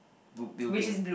boo~ building